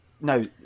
No